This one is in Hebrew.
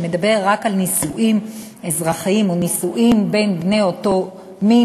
שמדבר רק על נישואים אזרחיים או נישואים בין בני אותו מין,